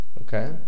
okay